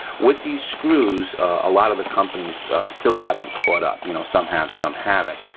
with these screws, a lot of the companies still haven't caught up. you know, some have, some haven't.